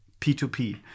P2P